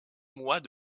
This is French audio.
mois